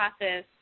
process